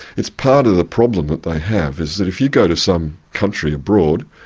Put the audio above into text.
it's part of the problem that they have is that if you go to some country abroad,